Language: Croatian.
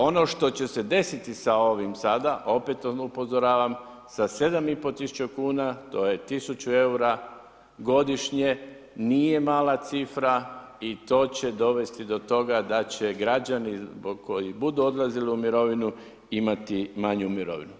Ono što će se desiti sa ovim sada, opet upozoravam, sa 7500 kuna, to je 1000 eura godišnje, nije mala cifra i to će dovesti do toga da će građani, koji budu odlazili u mirovinu imati manju, imati manju mirovinu.